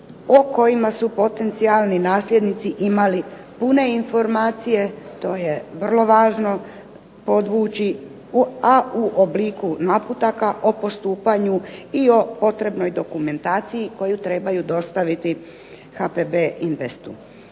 o kojima su potencijalni nasljednici imali pune informacije, to je vrlo važno podvući, a u obliku naputaka o postupanju i o potrebnoj dokumentaciji koju trebaju dostaviti HPB Investu.